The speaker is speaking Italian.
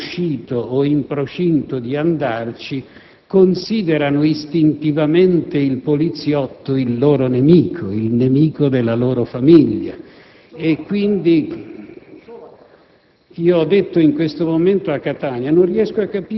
avendo il padre in carcere, o appena uscito o in procinto di andarci, considerano istintivamente il poliziotto il loro nemico, il nemico della loro famiglia. STORACE